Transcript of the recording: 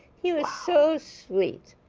he was so sweet.